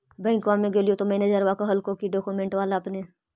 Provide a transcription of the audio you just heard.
बैंकवा मे गेलिओ तौ मैनेजरवा कहलको कि डोकमेनटवा लाव ने?